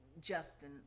Justin